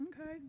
okay